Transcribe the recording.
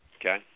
Okay